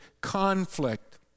conflict